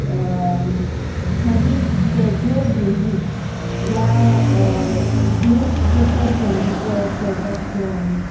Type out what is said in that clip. मागीर casual gaming ह्या games जशे candy crush clash of clans